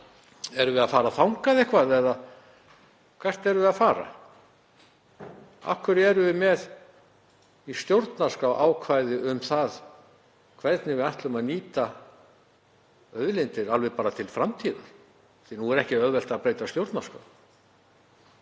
Erum við að fara þangað eða hvert erum við að fara? Af hverju erum við með í stjórnarskrárákvæði um það hvernig við ætlum að nýta auðlindir til framtíðar? Nú er ekki auðvelt að breyta stjórnarskrá.